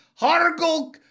Hargul